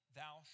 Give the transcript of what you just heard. thou